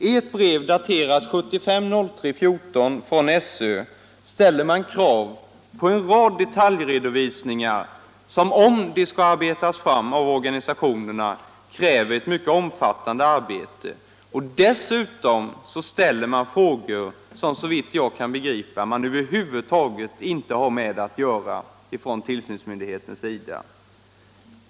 I ett brev, daterat 1975-03-14, från SÖ ställer man krav på en mängd detaljredovisningar som, om de skall arbetas fram, kräver ett mycket omfattande arbete. Dessutom ställer man frågor som tillsynsmyndigheten, såvitt jag kan begripa, över huvud taget inte har med att göra.